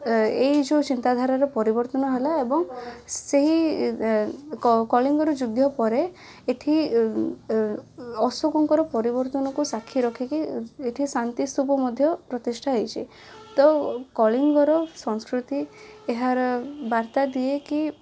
ଏ ଏଇ ଯେଉଁ ଚିନ୍ତାଧାରାର ପରିବର୍ତ୍ତନ ହେଲା ଏବଂ ସେହି କଳିଙ୍ଗର ଯୁଦ୍ଧପରେ ଏଇଠି ଅଶୋକଙ୍କର ପରିବର୍ତ୍ତନକୁ ସାକ୍ଷୀରଖିକି ଏଇଠି ଶାନ୍ତିସ୍ତୂପ ମଧ୍ୟ ପ୍ରତିଷ୍ଠାହେଇଛି ତ କଳିଙ୍ଗର ସଂସ୍କୃତି ଏହାର ବାର୍ତ୍ତାଦିଏ କି